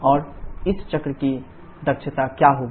और इस चक्र की दक्षता क्या होगी